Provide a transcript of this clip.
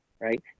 right